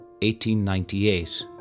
1898